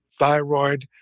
Thyroid